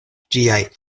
ĝiaj